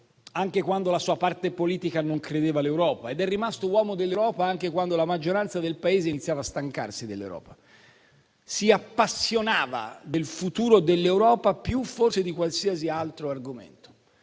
anche quando la sua parte politica non credeva all'Europa, ed è rimasto uomo dell'Europa anche quando la maggioranza del Paese iniziava a stancarsi dell'Europa. Si appassionava del futuro dell'Europa forse più di qualsiasi altro argomento.